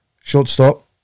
shortstop